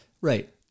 Right